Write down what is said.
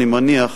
אני מניח,